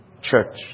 Church